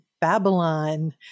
Babylon